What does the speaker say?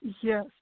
Yes